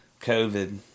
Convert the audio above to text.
COVID